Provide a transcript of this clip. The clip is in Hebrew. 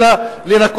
אלא להוסיף